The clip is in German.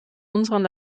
unseren